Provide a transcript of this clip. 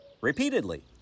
Repeatedly